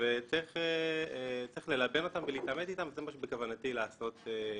וצריך ללבן אותם ולהתעמת איתם וזה מה שבכוונתי לעשות כאן.